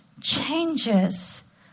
Changes